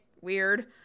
weird